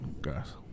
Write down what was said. Guys